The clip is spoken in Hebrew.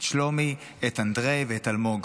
את שלומי, את אנדריי ואת אלמוג.